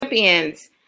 Champions